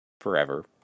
forever